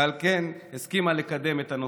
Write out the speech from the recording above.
ועל כן הסכימה לקדם את הנושא.